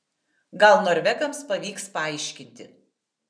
gal norvegams pavyks paaiškinti